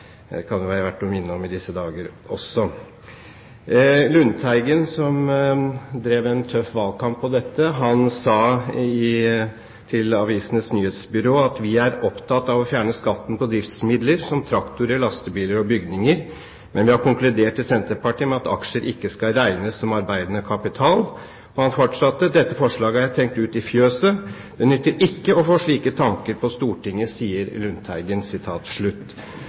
kan det jo være verdt å minne om i disse dager også. Lundteigen, som drev en tøff valgkamp på dette, sa til Avisenes Nyhetsbyrå: «Vi er opptatt av å fjerne skatten på driftsmidler som traktorer, lastebiler og bygninger. I Senterpartiet har vi nå konkludert med at aksjer ikke skal regnes som arbeidende kapital.» Og han fortsatte: «Dette forslaget har jeg tenkt ut i fjøset. Det nytter ikke å få slike tanker på Stortinget».